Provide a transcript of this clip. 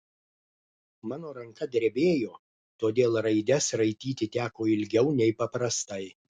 mano ranka drebėjo todėl raides raityti teko ilgiau nei paprastai